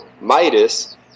Midas